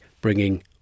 bringing